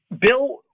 Bill